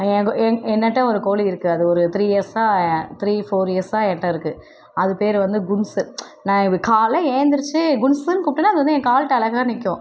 எங்கூட என் என்னட்ட ஒரு கோழி இருக்குது அது ஒரு த்ரீ இயர்ஸாக த்ரீ ஃபோர் இயர்ஸாக ஏன்கிட்ட இருக்குது அது பெயரு வந்து குண்ஸு நான் இது காலையில் ஏழுந்திருச்சு குண்ஸுன்னு கூப்பிட்டோன்னே அது வந்து என் கால்கிட்ட அழகா நிற்கும்